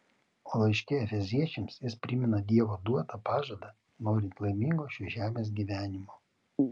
o laiške efeziečiams jis primena dievo duotą pažadą norint laimingo šios žemės gyvenimo